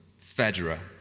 Federer